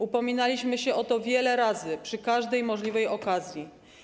Upominaliśmy się o to wiele razy, przy każdej możliwej okazji.